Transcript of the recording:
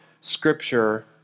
Scripture